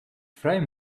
vrij